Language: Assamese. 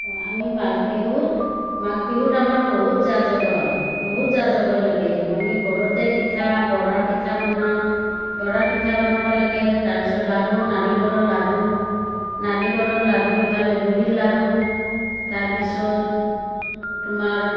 অঁ আমি মাঘ বিহুত মাঘ বিহুত আমাৰ বহুত যা যগল বহুত যা যগৰ লাগে আমি ঘৰতে পিঠা বৰাৰ পিঠা বনাওঁ বৰাৰ পিঠা বনাবা লাগে তাৰপিছত লাড়ু নাৰিকলৰ লাড়ু নাৰিকলৰ লাড়ু ইফালে গুড়িৰ লাড়ু তাৰপিছত তোমাৰ